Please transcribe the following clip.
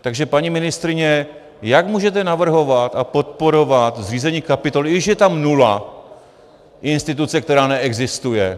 Takže paní ministryně, jak můžete navrhovat a podporovat zřízení kapitoly i když je tam nula instituce, která neexistuje.